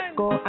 go